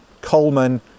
Coleman